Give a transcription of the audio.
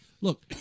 look